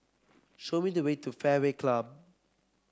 show me the way to Fairway Club